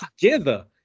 together